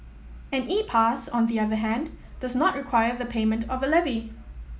an E Pass on the other hand does not require the payment of a levy